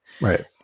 right